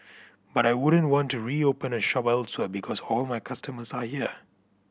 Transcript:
but I wouldn't want to reopen a shop elsewhere because all my customers are here